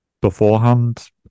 beforehand